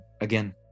again